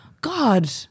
God